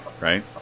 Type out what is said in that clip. right